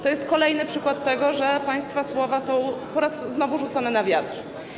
To jest kolejny przykład tego, że państwa słowa znowu rzucono na wiatr.